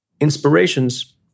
Inspirations